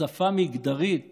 שפה מגדרית